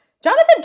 Jonathan